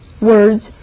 words